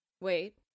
Wait